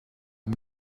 het